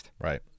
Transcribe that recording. right